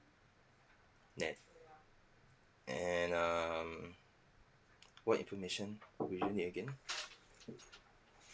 nett and um what information what you need again